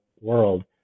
world